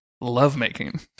Lovemaking